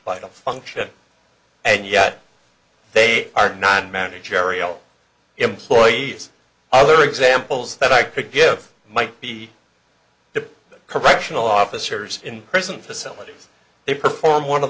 vital function and yet they are not managerial employees all are examples that i could give might be the correctional officers in prison facilities they perform one of